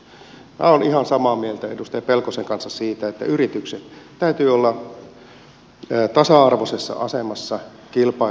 minä olen ihan samaa mieltä edustaja pelkosen kanssa siitä että yrityksien täytyy olla tasa arvoisessa asemassa kilpailullisesti